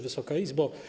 Wysoka Izbo!